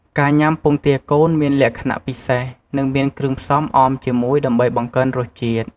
ការញ៉ាំពងទាកូនមានលក្ខណៈពិសេស និងមានគ្រឿងផ្សំអមជាមួយដើម្បីបង្កើនរសជាតិ។